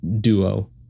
duo